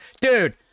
dude